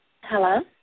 Hello